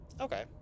Okay